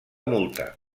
multa